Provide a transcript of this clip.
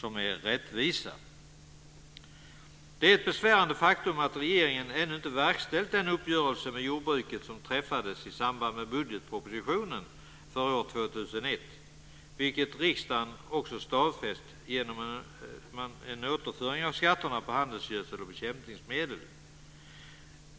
Det är ett besvärande faktum att regeringen ännu inte har verkställt den uppgörelse med jordbruket som träffades i samband med budgetpropositionen för år 2001 och som riksdagen stadfäst genom en återföring av skatterna på handelsgödsel och bekämpningsmedel.